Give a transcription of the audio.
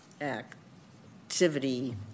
activity